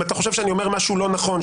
אם אתה חושב שאני אומר משהו לא נכון,